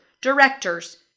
directors